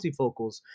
multifocals